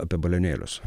apie balionėlius